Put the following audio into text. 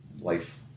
life